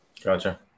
Gotcha